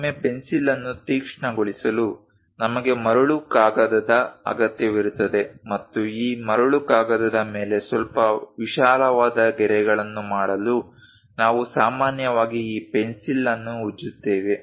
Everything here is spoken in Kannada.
ಕೆಲವೊಮ್ಮೆ ಪೆನ್ಸಿಲ್ ಅನ್ನು ತೀಕ್ಷ್ಣಗೊಳಿಸಲು ನಮಗೆ ಮರಳು ಕಾಗದದ ಅಗತ್ಯವಿರುತ್ತದೆ ಮತ್ತು ಈ ಮರಳು ಕಾಗದದ ಮೇಲೆ ಸ್ವಲ್ಪ ವಿಶಾಲವಾದ ಗೆರೆಗಳನ್ನು ಮಾಡಲು ನಾವು ಸಾಮಾನ್ಯವಾಗಿ ಈ ಪೆನ್ಸಿಲ್ ಅನ್ನು ಉಜ್ಜುತ್ತೇವೆ